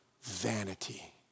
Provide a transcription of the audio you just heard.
vanity